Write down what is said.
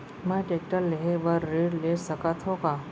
मैं टेकटर लेहे बर ऋण ले सकत हो का?